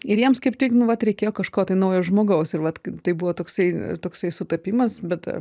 ir jiems kaip tik nu vat reikėjo kažko tai naujo žmogaus ir vat tai buvo toksai toksai sutapimas bet